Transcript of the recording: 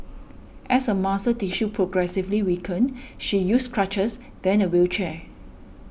as her muscle tissue progressively weakened she used crutches then a wheelchair